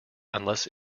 unless